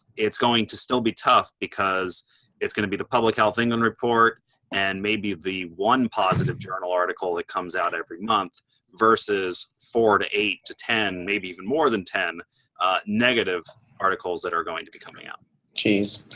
it's going to still be tough because it's gonna be the public health england report and maybe the one positive journal article that comes out every month versus four to eight to ten, maybe even more than ten negative articles that are going to be coming out. five